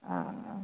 हँ